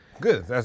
Good